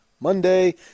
monday